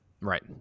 Right